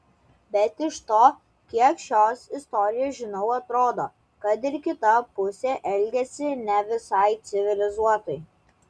bet iš to kiek šios istorijos žinau atrodo kad ir kita pusė elgėsi ne visai civilizuotai